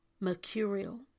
mercurial